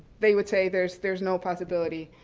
they would say, there's there's no possibility.